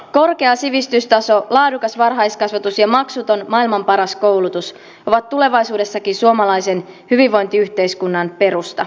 korkea sivistystaso laadukas varhaiskasvatus ja maksuton maailman paras koulutus ovat tulevaisuudessakin suomalaisen hyvinvointiyhteiskunnan perusta